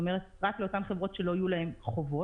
רק לאותן חברות שלא יהיו להן חובות.